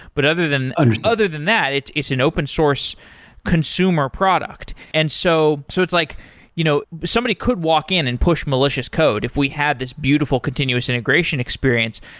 but other than and other than that, it's it's an open source consumer product. and so so it's like you know somebody could walk in and push malicious code if we have this beautiful continuous integration experience.